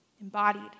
embodied